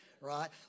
Right